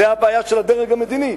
זה הבעיה של הדרג המדיני,